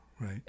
Right